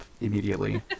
immediately